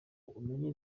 umenye